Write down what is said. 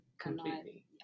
completely